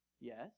Yes